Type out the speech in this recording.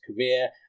career